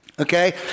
Okay